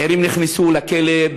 צעירים נכנסו לכלא,